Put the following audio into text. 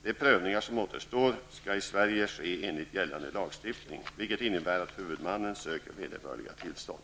De prövningar som återstårskall i Sverige ske enligt gällande lagstiftning, vilket innebär att huvudmannen söker vederbörliga tillstånd.